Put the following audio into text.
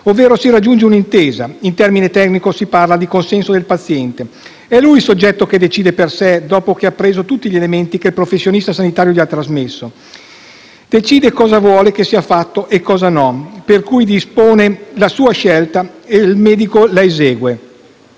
ovvero si raggiunge una intesa, in termine tecnico si parla di consenso del paziente. È lui il soggetto che decide per sé, dopo che ha appreso tutti gli elementi che il professionista sanitario gli ha trasmesso. Decide cosa vuole che sia fatto e cosa no, per cui dispone la sua scelta e il medico esegue.